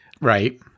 Right